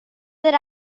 that